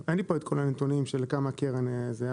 אין לי פה את כל הנתונים על כמה הקרן הוציאה.